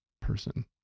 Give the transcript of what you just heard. person